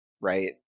right